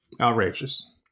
Outrageous